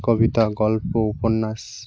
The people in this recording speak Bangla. কবিতা গল্প উপন্যাস